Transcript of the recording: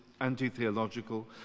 anti-theological